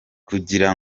kugira